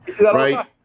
right